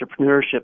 entrepreneurship